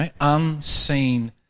Unseen